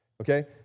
okay